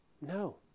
No